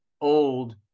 old